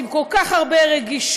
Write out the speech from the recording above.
עם כל כך הרבה רגישות,